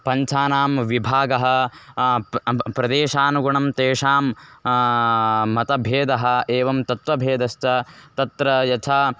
पञ्चानां विभागाः प् अब् प्रदेशानुगुणं तेषां मतभेदः एवं तत्वभेदश्च तत्र यथा